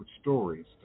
stories